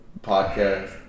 podcast